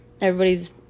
everybody's